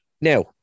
Now